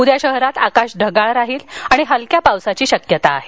उद्या शहरात आकाश ढगाळ राहील आणि हलक्या पावसाची शक्यता आहे